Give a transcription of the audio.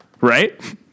Right